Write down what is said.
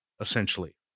essentially